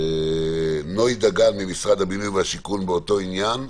נוי דגן ממשרד הבינוי והשיכון באותו עניין,